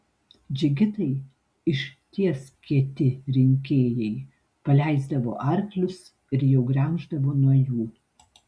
džigitai iš ties kieti rinkėjai paleisdavo arklius ir jau gremždavo nuo jų